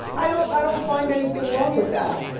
i don't i don't find anything wrong with that.